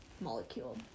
molecule